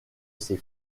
ses